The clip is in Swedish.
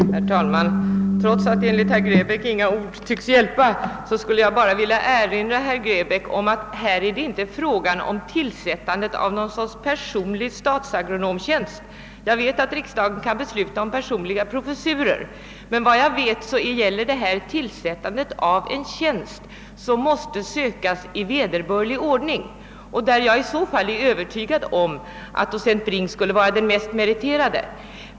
Herr talman! Trots att enligt herr Grebäck inga ord tycks hjälpa skulle jag bara vilja erinra herr Grebäck om att det inte är fråga om att tillsätta någon sorts personlig statsagronomtjänst. Jag vet att riksdagen kan besluta om personliga professurer, men här gäller det att tillsätta en tjänst som måste sökas i vederbörlig ordning, varvid jag är övertygad om att docent Brink skulle vara den mest meriterade.